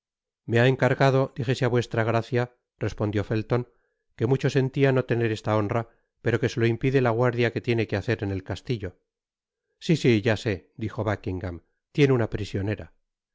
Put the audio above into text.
me ha encargado dijese á vuestra gracia respondió felton que mucho sentia no tener esta honra pero que se lo impide la guardia que tiene quehacer en el castillo si si ya sé dijo buckingam tiene una prisionera